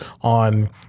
on